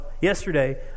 yesterday